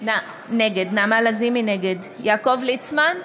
נגד יעקב ליצמן,